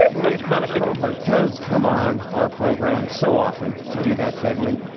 ah like taconic cova does come on our program so often to do that segment,